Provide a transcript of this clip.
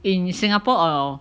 in Singapore or or